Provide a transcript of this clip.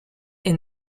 est